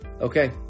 Okay